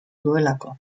duelako